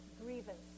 grievance